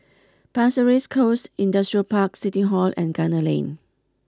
Pasir Ris Coast Industrial Park City Hall and Gunner Lane